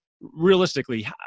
realistically